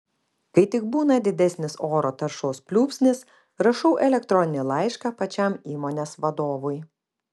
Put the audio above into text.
kai tik būna didesnis oro taršos pliūpsnis rašau elektroninį laišką pačiam įmonės vadovui